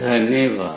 धन्यवाद